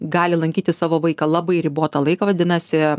gali lankyti savo vaiką labai ribotą laiką vadinasi